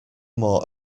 more